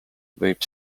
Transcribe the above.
võib